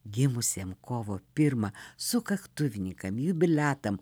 gimusiem kovo pirmą sukaktuvininkam jubiliatam